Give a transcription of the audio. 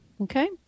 Okay